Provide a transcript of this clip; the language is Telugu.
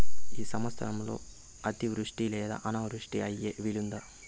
ఈ సంవత్సరంలో అతివృష్టి లేదా అనావృష్టి అయ్యే వీలుందా?